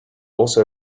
also